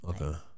Okay